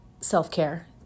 self-care